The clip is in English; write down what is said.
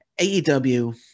AEW